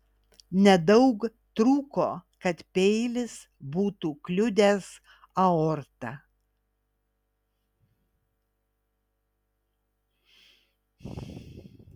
nedaug trūko kad peilis būtų kliudęs aortą